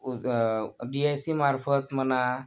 B I C मार्फत म्हणा